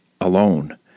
alone